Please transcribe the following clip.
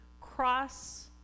cross-